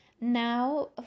now